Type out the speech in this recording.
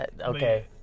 Okay